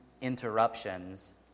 interruptions